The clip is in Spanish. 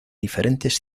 diferentes